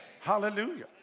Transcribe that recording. Hallelujah